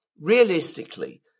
realistically